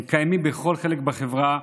הם קיימים בכל חלק בחברה,